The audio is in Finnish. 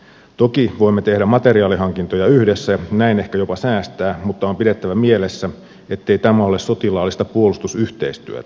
toki voimme tehdä materiaalihankintoja yhdessä näin ehkä jopa säästää mutta on pidettävä mielessä ettei tämä ole sotilaallista puolustusyhteistyötä